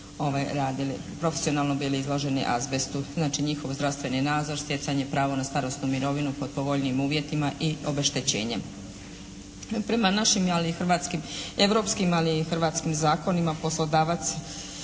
profesionalno bili iloženi azbestu. Znači njihov zdravstveni nadzor, stjecanje i pravo na starosnu mirovinu pod povoljnijim uvjetima i obeštećenje. Prema našim ali i hrvatskim, europskim ali i hrvatskim zakonima poslodavac